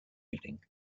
evening